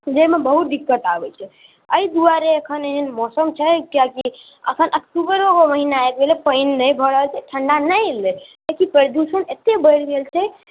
जाहिमे बहुत दिक्कत आबै छै अइ दुआरे एखन एहन मौसम छै कियाकि एखन अक्टूबरोके महीना आबि गेलै पानि नहि भऽ रहल छै ठण्ढ़ा नहि एलै किएक कि प्रदूषण एते बढ़ि गेल छै